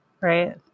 right